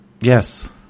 Yes